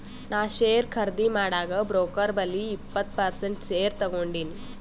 ನಾ ಶೇರ್ ಖರ್ದಿ ಮಾಡಾಗ್ ಬ್ರೋಕರ್ ಬಲ್ಲಿ ಇಪ್ಪತ್ ಪರ್ಸೆಂಟ್ ಶೇರ್ ತಗೊಂಡಿನಿ